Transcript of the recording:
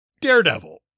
Daredevil